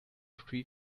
three